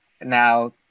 Now